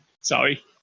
Sorry